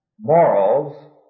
morals